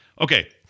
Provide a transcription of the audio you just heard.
okay